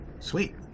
sweet